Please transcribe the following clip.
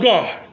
God